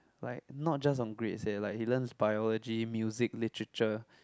like not just on grades eh like he learns biology music literature